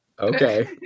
Okay